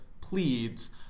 pleads